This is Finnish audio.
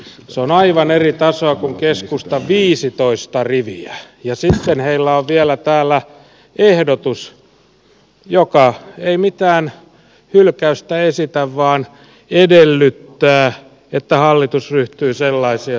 se on aivan eri tasoa kuin keskustan viisitoista riviä ja sitten heillä on vielä täällä ehdotus joka ei mitään hylkäystä esitä vaan edellyttää että hallitus ryhtyy sellaisiin ja sellaisiin toimiin